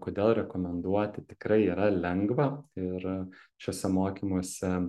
kodėl rekomenduoti tikrai yra lengva ir šiuose mokymuose